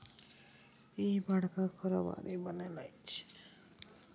इह बड़का कारोबारी बनय लए चललै ये